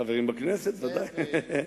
חברים בכנסת, בוודאי.